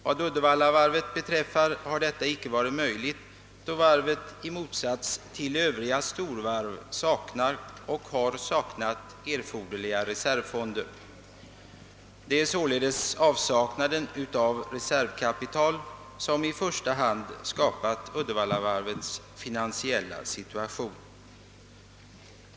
För Uddevallavarvet har detta icke varit möjligt, eftersom varvet i motsats till övriga storvarv saknar och har saknat erforderliga reservfonder. Det är således avsaknaden av reservkapital som i första hand skapat Uddevallavarvets finansiella situation.